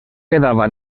quedava